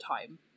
time